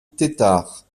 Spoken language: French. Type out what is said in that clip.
tetart